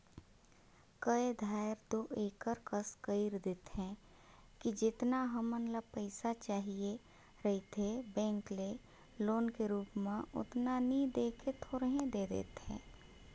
कए धाएर दो एकर कस कइर देथे कि जेतना हमन ल पइसा चाहिए रहथे बेंक ले लोन के रुप म ओतना नी दे के थोरहें दे देथे